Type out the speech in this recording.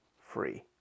free